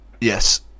Yes